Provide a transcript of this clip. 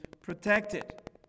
protected